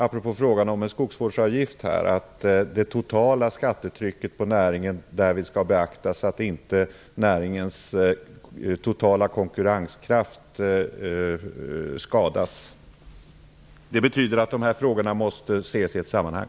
Apropå frågan om en skogsvårdsavgift står det också att det totala skattetrycket på näringen därvid skall beaktas så att inte näringens totala konkurrenskraft skadas. Det betyder att dessa frågor måste ses i ett sammanhang.